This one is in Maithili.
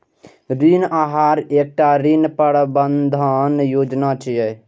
ऋण आहार एकटा ऋण प्रबंधन योजना छियै